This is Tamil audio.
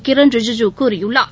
கிரண் ரிஜ்ஜூ கூறியுள்ளார்